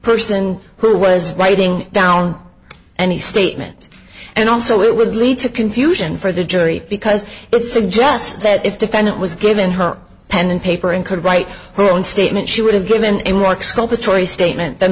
person who was writing down any statement and also it would lead to confusion for the jury because it suggests that if defendant was given her pen and paper and could write her own statement she would have given iraq scope a choice statement than